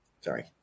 sorry